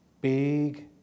big